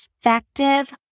effective